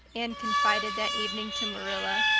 anne confided that evening to marilla,